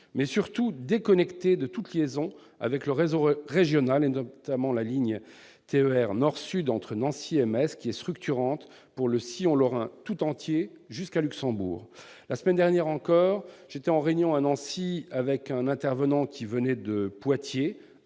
mais surtout déconnecté de toute liaison avec le réseau régional, notamment la ligne TER nord-sud entre Nancy et Metz, qui est structurante pour le sillon lorrain tout entier jusqu'à Luxembourg. La semaine dernière encore, j'étais en réunion à Nancy avec un intervenant de Poitiers,